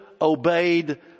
obeyed